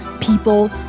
people